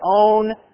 own